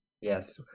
Yes